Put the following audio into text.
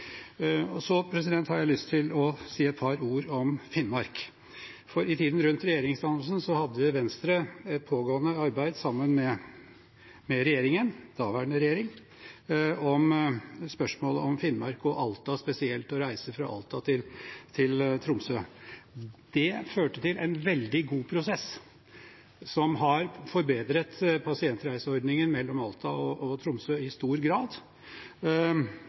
har jeg lyst til å si et par ord om Finnmark. I tiden rundt regjeringsdannelsen hadde Venstre et pågående arbeid, sammen med den daværende regjeringen, om spørsmålet om Finnmark og spesielt om reiser fra Alta til Tromsø. Det førte til en veldig god prosess som har forbedret pasientreiseordningen mellom Alta og Tromsø i stor grad.